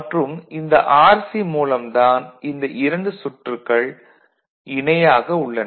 மற்றும் இந்த RC மூலம் தான் இந்த இரண்டு சுற்றுகள் இணையாக உள்ளன